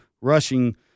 rushing